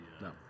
No